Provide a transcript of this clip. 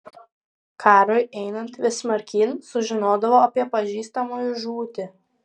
karui einant vis smarkyn sužinodavo apie pažįstamųjų žūtį